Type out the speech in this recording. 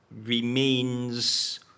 remains